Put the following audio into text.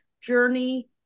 journey